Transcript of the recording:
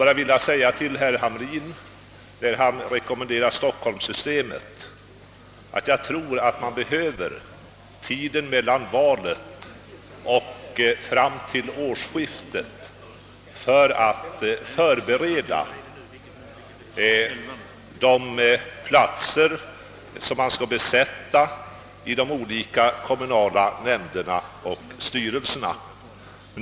Jag vill bara säga till herr Hamrin, när han rekommenderar vad man kan kalla för stockholmssystemet, att jag tror att man behöver tiden mellan valet och årsskiftet till att föra resonemang om de platser som skall besättas i de olika kommunala nämnderna och styrelserna.